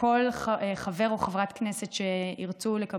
של חברי חבר הכנסת אחמד